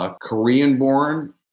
Korean-born